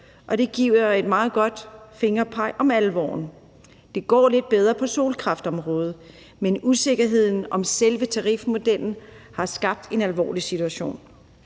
og det giver et meget godt fingerpeg om alvoren. Det går lidt bedre på solkraftområdet, men usikkerheden om selve tarifmodellen har skabt en alvorlig situation.